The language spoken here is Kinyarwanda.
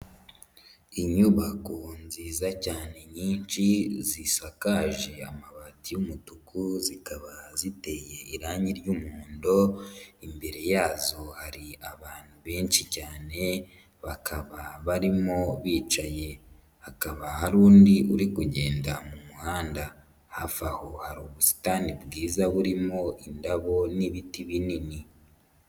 Inyubako nziza cyane nyinshi zisakaje amabati y'umutuku zikaba ziteye irangi ry'umuhondo, imbere yazo hari abantu benshi cyane bakaba barimo bicaye. Hakaba hari undi uri kugenda mu muhanda hafi aho hari ubusitani bwiza burimo indabo n'ibiti binini.